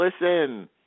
Listen